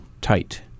tight